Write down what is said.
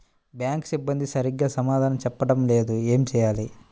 Bank సిబ్బంది సరిగ్గా సమాధానం చెప్పటం లేదు ఏం చెయ్యాలి?